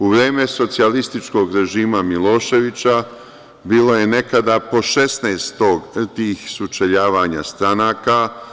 U vreme socijalističkog režima Miloševića, bilo je nekada po 16 tih sučeljavanja stranaka.